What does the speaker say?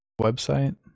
website